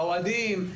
באוהדים,